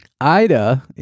Ida